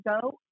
go